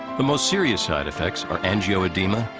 the most serious side effects are angioedema,